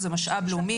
זה משאב לאומי,